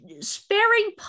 sparing